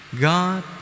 God